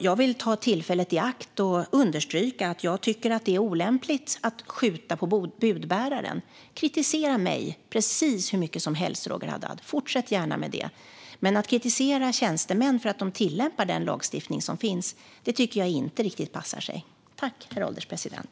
Jag vill ta tillfället i akt att understryka att jag tycker att det är olämpligt att skjuta på budbäraren. Kritisera mig precis hur mycket som helst, Roger Haddad! Fortsätt gärna med det! Men att kritisera tjänstemän för att de tillämpar den lagstiftning som finns tycker jag inte riktigt passar sig, herr ålderspresident.